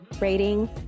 rating